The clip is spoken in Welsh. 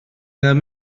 angen